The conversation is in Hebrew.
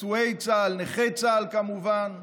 פצועי צה"ל, נכי צה"ל, כמובן,